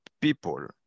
people